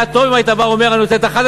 היה טוב אם היית בא ואומר: אני רוצה את 11